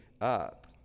up